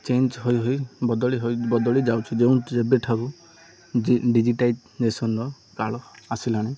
change ହୋଇ ହୋଇ ବଦଳି ବଦଳି ଯାଉଚି ଯେଉଁ ଯେବେ ଠାରୁ ଡିଜିଟାଇଜେସନ୍ର କାଳ ଆସିଲାଣି